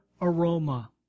aroma